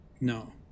No